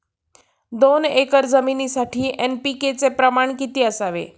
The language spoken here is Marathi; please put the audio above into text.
दोन एकर जमिनीसाठी एन.पी.के चे प्रमाण किती असावे?